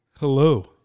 Hello